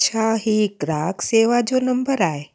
छा हीउ ग्राहक शेवा जो नम्बर आहे